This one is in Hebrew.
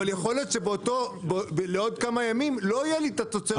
אבל יכול להיות שלעוד כמה ימים לא תהיה התוצרת הזאת.